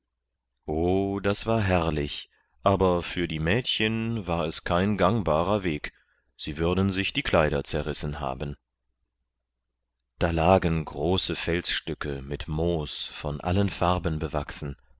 o das war herrlich aber für die mädchen war es kein gangbarer weg sie würden sich die kleider zerrissen haben da lagen große felsstücke mit moos von allen farben bewachsen